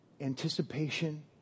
anticipation